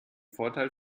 vorteil